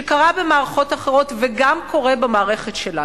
שקרה במערכות אחרות וגם קורה במערכת שלנו,